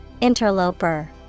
interloper